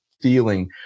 feeling